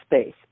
space